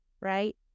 right